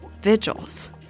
vigils